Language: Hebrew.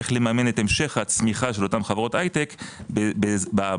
איך לממן את המשך הצמיחה של אותן חברות הייטק בעניין